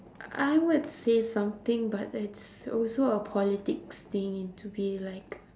I I would say something but it's also a politics thing and to be like